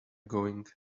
going